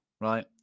right